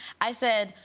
i said,